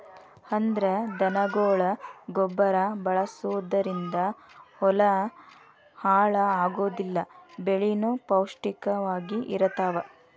ಅಂದ್ರ ದನಗೊಳ ಗೊಬ್ಬರಾ ಬಳಸುದರಿಂದ ಹೊಲಾ ಹಾಳ ಆಗುದಿಲ್ಲಾ ಬೆಳಿನು ಪೌಷ್ಟಿಕ ವಾಗಿ ಇರತಾವ